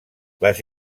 les